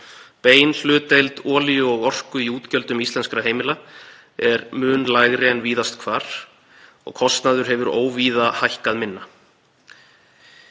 Bein hlutdeild olíu og orku í útgjöldum íslenskra heimila er mun lægri en víðast hvar og kostnaður hefur óvíða hækkað minna.“